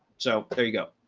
so there you go.